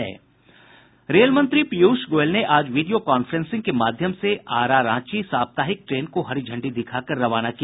rail मंत्री पीयूष गोयल ने आज वीडियो कॉफ्रेंसिंग के माध्यम से आरा रांची साप्ताहिक ट्रेन को हरी झंडी दिखाकर रवाना किया